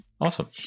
awesome